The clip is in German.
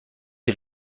die